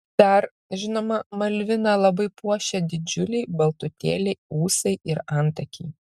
dar žinoma malviną labai puošia didžiuliai baltutėliai ūsai ir antakiai